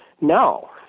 no